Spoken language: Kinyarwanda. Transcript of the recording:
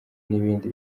n’ibindi